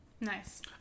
Nice